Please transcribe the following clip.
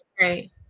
right